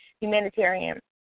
humanitarian